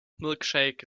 milkshake